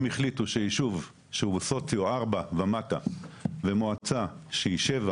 הם החליטו שישוב שהוא סוציו ארבע ומטה ומועצה שהיא שבע